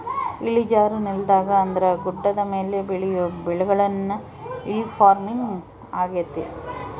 ಇಳಿಜಾರು ನೆಲದಾಗ ಅಂದ್ರ ಗುಡ್ಡದ ಮೇಲೆ ಬೆಳಿಯೊ ಬೆಳೆಗುಳ್ನ ಹಿಲ್ ಪಾರ್ಮಿಂಗ್ ಆಗ್ಯತೆ